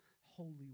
Holy